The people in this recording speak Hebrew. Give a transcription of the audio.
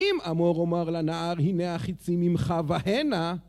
אם אמור אומר לנער הנה החיצים ממך והנה